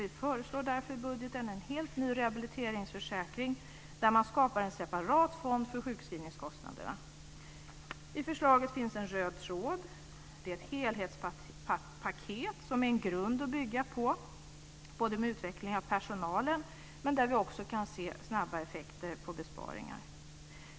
Vi föreslår därför i budgeten en helt ny rehabiliteringsförsäkring, där man skapar en separat fond för sjukskrivningskostnaderna. I förslaget finns en röd tråd, ett helhetspaket som är en grund att bygga på både när det gäller utveckling av personalen och när det gäller snabba besparingseffekter.